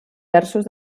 terços